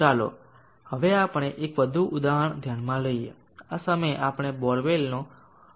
ચાલો હવે આપણે એક વધુ ઉદાહરણ ધ્યાનમાં લઈએ આ સમયે આપણે બોરવેલનો દાખલો લઈશું